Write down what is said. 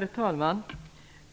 Herr talman!